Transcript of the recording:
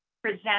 Present